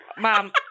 Mom